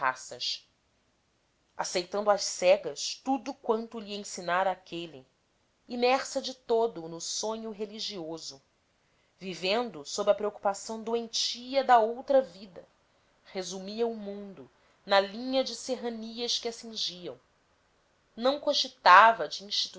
raças aceitando às cegas tudo quanto lhe ensinara aquele imersa de todo no sonho religioso vivendo sob a preocupação doentia de outra vida resumia o mundo na linha de serranias que a cingiam não cogitava de